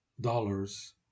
dollars